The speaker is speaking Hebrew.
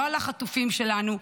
לא על החטופים שלנו,